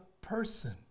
person